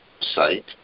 site